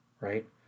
Right